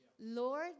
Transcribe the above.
Lord